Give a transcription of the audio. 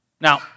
Now